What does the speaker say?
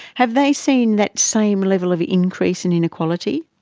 have they seen that same level of increase in inequality?